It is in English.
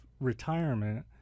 retirement